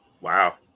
wow